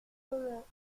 moments